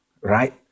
right